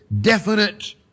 definite